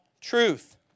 truth